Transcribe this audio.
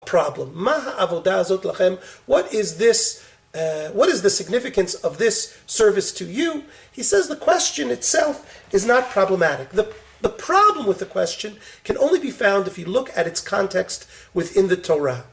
מה העבודה הזאת לכם?